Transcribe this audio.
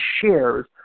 shares